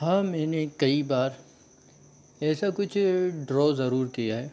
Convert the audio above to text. हाँ मैंने कई बार ऐसा कुछ ड्रॉ ज़रूर किया है